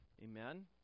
Amen